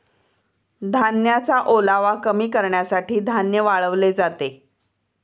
धान्याचा ओलावा कमी करण्यासाठी धान्य वाळवले जाते